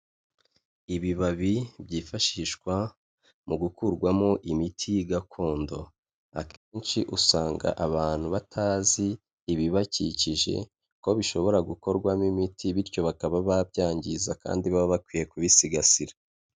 Ibibabi byifashishwa mu gukurwamo imiti gakondo, akenshi usanga abantu batazi ibibakikije ko bishobora gukorwamo imiti bityo bakaba babyangiza kandi baba bakwiye kubisigasira.